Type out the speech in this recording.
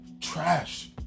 trash